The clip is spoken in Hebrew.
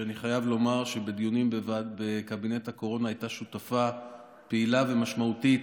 שאני חייב לומר שבדיונים בקבינט הקורונה הייתה שותפה פעילה ומשמעותית